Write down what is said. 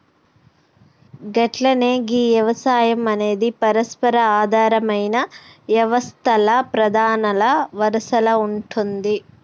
గట్లనే గీ యవసాయం అనేది పరస్పర ఆధారమైన యవస్తల్ల ప్రధానల వరసల ఉంటాది